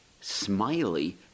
Smiley